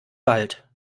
wald